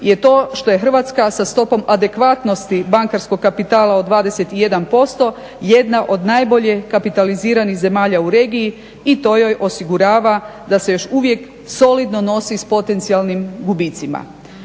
je to što je Hrvatska sa stopom adekvatnosti bankarskog kapitala od 21% jedna od najbolje kapitaliziranih zemalja u regiji i to joj osigurava da se još uvijek solidno nosi s potencijalnim gubicima.